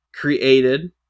Created